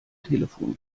telefon